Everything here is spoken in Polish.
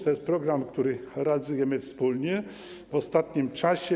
To jest program, który realizujemy wspólnie w ostatnim czasie.